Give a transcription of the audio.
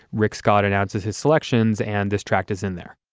rick scott announces his selections and this tract is in there